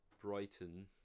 brighton